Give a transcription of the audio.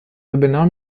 übernahm